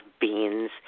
beans